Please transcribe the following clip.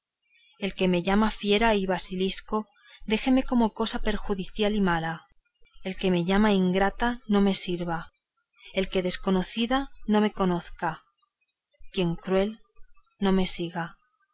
el que me llama fiera y basilisco déjeme como cosa perjudicial y mala el que me llama ingrata no me sirva el que desconocida no me conozca quien cruel no me siga